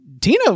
Tina